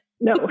No